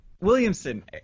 Williamson